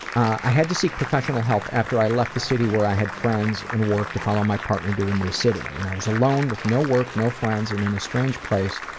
i had to seek professional help after i left the city where i had friends and work to follow my partner to a new city. when i was alone with no work, no friends, and in a strange place,